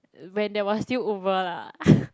when there was still Uber lah